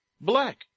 Black